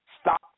Stop